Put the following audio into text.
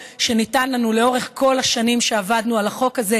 שניתן לנו לאורך כל השנים שעבדנו על החוק הזה.